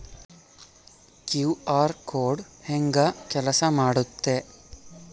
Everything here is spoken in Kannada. ಕ್ಯೂ.ಆರ್ ಕೋಡ್ ಹೆಂಗ ಕೆಲಸ ಮಾಡುತ್ತೆ?